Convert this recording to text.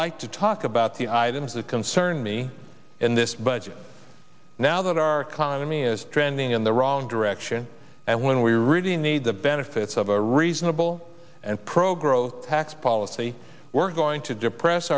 like to talk about the items that concern me in this budget now that our economy is trending in the wrong direction and when we really need the benefits of a reasonable and pro growth tax policy we're going to depress